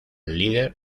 líder